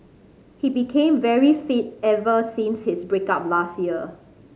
he became very fit ever since his break up last year